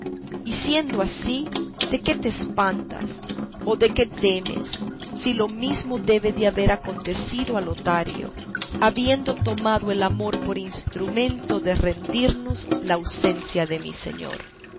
y siendo así de qué te espantas o de qué temes si lo mismo debe de haber acontecido a lotario habiendo tomado el amor por instrumento de rendirnos la ausencia de mi señor